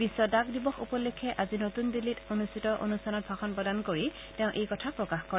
বিশ্ব ডাক দিৱস উপলক্ষে আজি নতুন দিল্লীত অনুষ্ঠিত অনুষ্ঠানত ভাষণ প্ৰদান কৰি এই কথা প্ৰকাশ কৰে